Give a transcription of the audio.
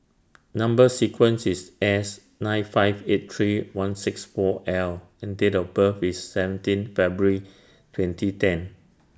Number sequence IS S nine five eight three one six four L and Date of birth IS seventeen February twenty ten